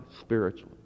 spiritually